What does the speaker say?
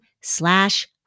slash